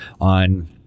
on